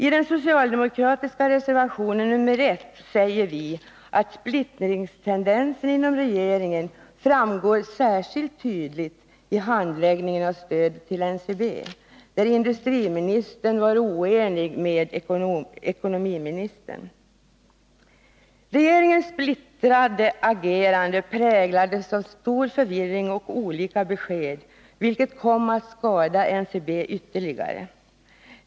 I den socialdemokratiska reservationen nr 1 säger vi att splittringstendensen inom regeringen framgår särskilt tydligt i handläggningen av stödet till NCB, där industriministern var oenig med ekonomiministern. Regeringens splittrade agerande präglades av stor förvirring och olika besked, vilket kom att skada NCB ytterligare.